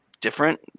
different